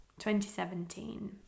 2017